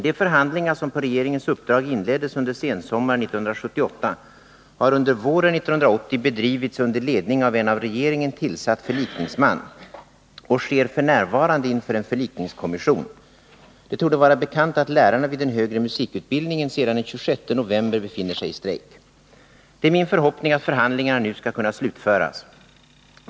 De förhandlingar som på regeringens uppdrag inleddes under sensommaren 1978 har under våren 1980 bedrivits under ledning av en av regeringen tillsatt förlikningsman och sker f. n. inför en förlikningskommission. Det torde vara bekant att lärarna vid den högre musikutbildningen sedan den 26 november 1980 befinner sig i strejk. Det är min förhoppning att förhandlingarna nu skall kunna slutföras.